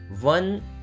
one